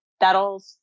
that'll